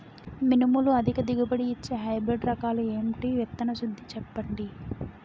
మినుములు అధిక దిగుబడి ఇచ్చే హైబ్రిడ్ రకాలు ఏంటి? విత్తన శుద్ధి చెప్పండి?